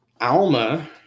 Alma